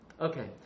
Okay